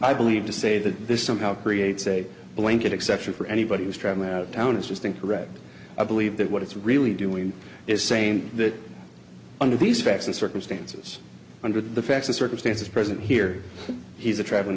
i believe to say that this somehow creates a blanket exception for anybody who's traveling out of town is just incorrect i believe that what it's really doing is saying that under these facts and circumstances under the facts the circumstances present here he's a traveling